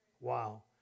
Wow